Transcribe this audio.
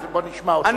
בוא נשמע אותו.